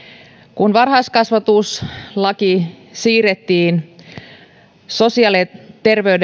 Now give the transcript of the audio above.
kun varhaiskasvatuslaki siirrettiin sosiaali ja